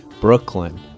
Brooklyn